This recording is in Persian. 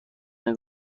فیلم